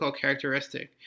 characteristic